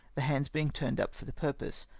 the hands being turned up for the purpose.